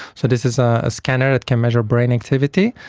so this is ah a scanner that can measure brain activity.